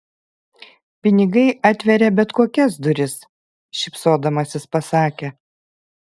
pinigai atveria bet kokias duris šypsodamasis pasakė